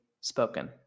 spoken